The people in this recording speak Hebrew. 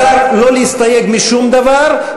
בחר לא להסתייג משום דבר,